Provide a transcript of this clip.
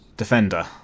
defender